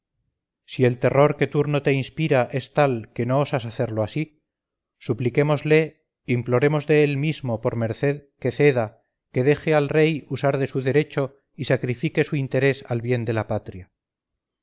si el terror que turno te inspira es tal que no osas hacerlo así supliquémosle imploremos de él mismo por merced que ceda que deje al rey usar de su derecho y sacrifique su interés al bien de la patria